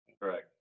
Correct